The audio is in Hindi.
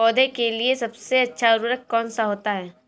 पौधे के लिए सबसे अच्छा उर्वरक कौन सा होता है?